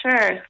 sure